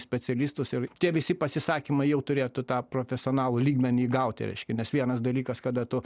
specialistus ir tie visi pasisakymai jau turėtų tą profesionalų lygmenį gauti reiškia nes vienas dalykas kada tu